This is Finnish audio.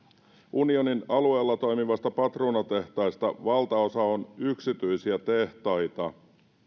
unionin alueella toimivista patruunatehtaista valtaosa on yksityisiä tehtaita